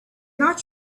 not